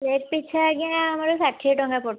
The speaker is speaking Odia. ପ୍ଲେଟ୍ ପିଛା ଆଜ୍ଞା ଆମର ଷାଠିଏ ଟଙ୍କା କରୁ